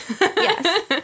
Yes